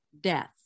death